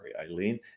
Eileen